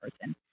person